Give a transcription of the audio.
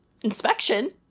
inspection